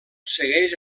segueix